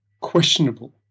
questionable